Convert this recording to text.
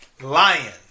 Lion